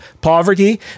poverty